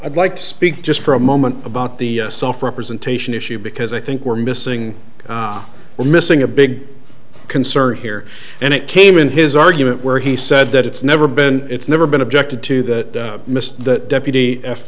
i'd like to speak just for a moment about the soft representation issue because i think we're missing we're missing a big concern here and it came in his argument where he said that it's never been it's never been objected to that missed that deputy